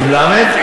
עם למ"ד?